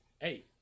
hey